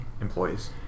employees